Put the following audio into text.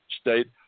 state